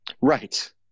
Right